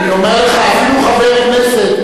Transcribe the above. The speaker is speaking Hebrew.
אני אומר לך שאפילו חבר כנסת,